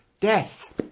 death